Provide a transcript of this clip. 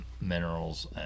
minerals